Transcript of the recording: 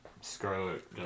Scarlet